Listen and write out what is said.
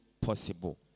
possible